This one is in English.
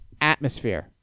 atmosphere